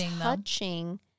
touching